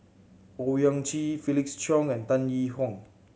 Owyang Chi Felix Cheong and Tan Yee Hong